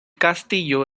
castillo